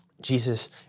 Jesus